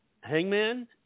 Hangman